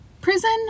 prison